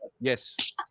Yes